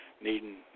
needing